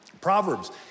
Proverbs